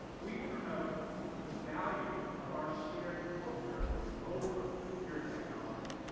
we promote the value of our shared culture over pure technology.